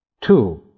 Two